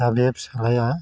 दा बे फिसालाया